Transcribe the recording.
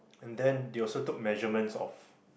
and then they also took measurements of